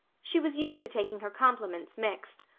she was used to taking her compliments mixed.